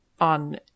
on